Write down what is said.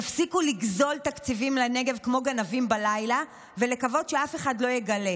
תפסיקו לגזול תקציבים מהנגב כמו גנבים בלילה ולקוות שאף אחד לא יגלה.